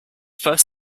first